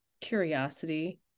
curiosity